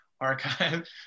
archive